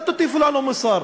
אל תטיפו לנו מוסר.